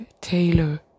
Taylor